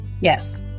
Yes